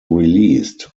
released